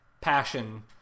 passion